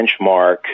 benchmark